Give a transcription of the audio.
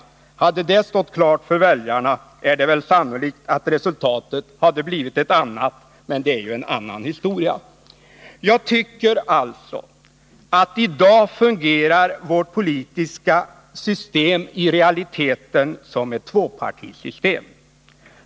Vissa grundlags Hade detta stått klart för väljarna, är det sannolikt att resultatet hade blivit frågor ett annat — men det är ju en annan historia. Jag tycker alltså att vårt politiska system i dag i realiteten fungerar som ett tvåpartisystem.